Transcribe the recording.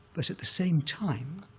but at the same time,